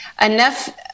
enough